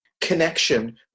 connection